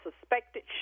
suspected